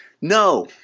No